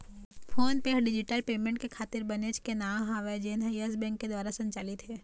phone पे ह digital payment के खातिर बनेच के नांव हवय जेनहा यस बेंक दुवार संचालित हे